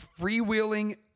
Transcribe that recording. Freewheeling